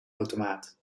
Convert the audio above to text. automaat